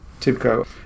TIBCO